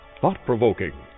thought-provoking